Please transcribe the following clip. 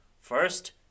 first